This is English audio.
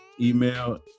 Email